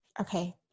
Okay